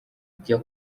jya